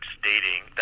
stating